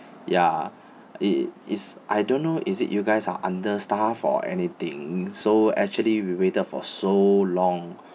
ya it is I don't know is it you guys are understaffed or anything so actually we waited for so long